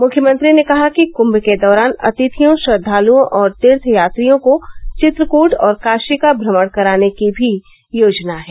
मुख्यमंत्री ने कहा कि कुंभ के दौरान अतिथियों श्रद्वालुओं और तीर्थयात्रियों को चित्रकूट और काशी का भ्रमण कराने की भी योजना है